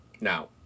Now